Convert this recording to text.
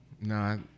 No